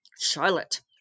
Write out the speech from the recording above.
charlotte